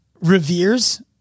reveres